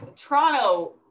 Toronto